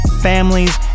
families